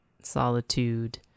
solitude